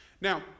Now